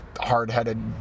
hard-headed